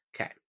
Okay